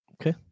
Okay